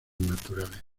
naturales